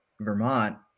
Vermont